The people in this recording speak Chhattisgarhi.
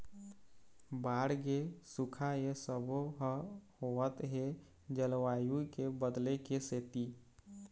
बाड़गे, सुखा ए सबो ह होवत हे जलवायु के बदले के सेती